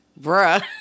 Bruh